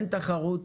אין תחרות,